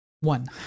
one